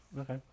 Okay